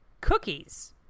cookies